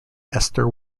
esther